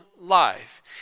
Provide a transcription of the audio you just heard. life